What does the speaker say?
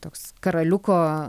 toks karaliuko